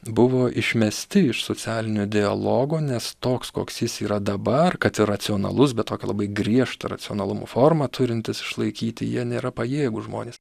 buvo išmesti iš socialinio dialogo nes toks koks jis yra dabar kad ir racionalus bet tokia labai griežta racionalumo formą turintis išlaikyti jie nėra pajėgūs žmonės